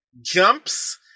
jumps